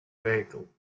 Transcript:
vehicle